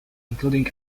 including